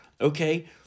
Okay